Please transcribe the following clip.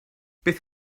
beth